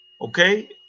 okay